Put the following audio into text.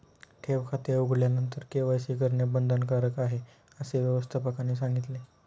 ठेव खाते उघडल्यानंतर के.वाय.सी करणे बंधनकारक आहे, असे व्यवस्थापकाने सांगितले